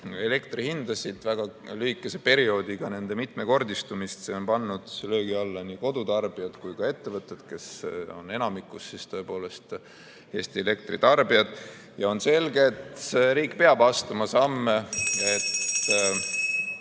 elektri hindasid, väga lühikesel perioodil nende mitmekordistumist. See on pannud löögi alla nii kodutarbijad kui ka ettevõtted, kes on enamikus tõepoolest Eesti elektritarbijad. On selge, et riik peab astuma samme